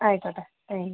ആയിക്കോട്ടെ താങ്ക്യൂ